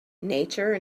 nature